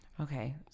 okay